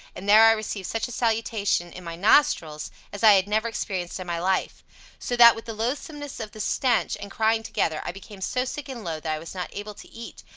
and there i received such a salutation in my nostrils as i had never experienced in my life so that, with the loathsomeness of the stench, and crying together, i became so sick and low that i was not able to eat,